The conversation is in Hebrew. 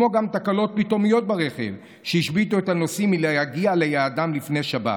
וגם תקלות פתאומיות ברכב השביתו את הנוסעים מלהגיע ליעדם לפני שבת.